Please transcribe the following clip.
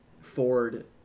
Ford